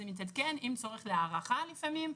זה מתעדכן עם צורך להארכה לפעמים.